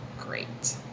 great